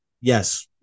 Yes